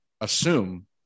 assume